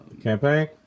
Campaign